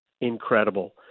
incredible